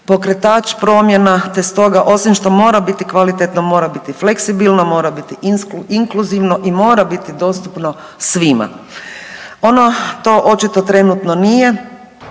pokretač promjena te stoga osim što mora biti kvalitetno, mora biti i fleksibilno, mora biti inkluzivno i mora biti dostupno svima. Ono to očito trenutno nije.